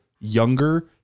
younger